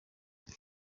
buri